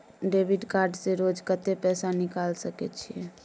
Debit card से रोज कत्ते पैसा निकाल सके छिये?